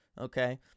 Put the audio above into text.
okay